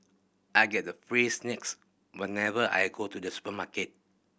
I get the free snacks whenever I go to the supermarket